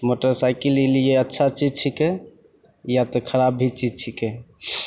motorcycle ई लिए अच्छा चीज छिकै या तऽ खराब भी चीज छिकै